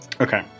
Okay